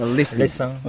listen